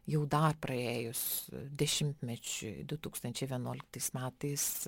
jau dar praėjus dešimtmečiui du tūkstančiai vienuoliktais metais